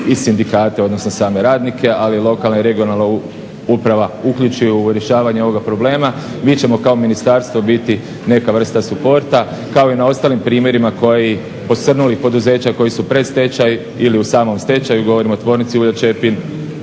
i sindikate odnosno same radnike ali i lokalnu i regionalna uprava uključi u rješavanje ovog problema. Mi ćemo kao ministarstvo biti neka vrsta supporta kao i na ostalim primjerima posrnulih poduzeća koji su pred stečaj ili u samom stečaju, govorim o Tvornici ulja Čepin,